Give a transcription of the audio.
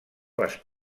les